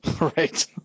Right